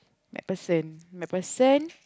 MacPherson MacPherson